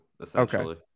essentially